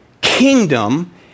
kingdom